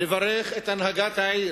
לברך את הנהגת העיר,